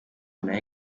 nayo